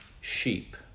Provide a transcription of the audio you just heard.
sheep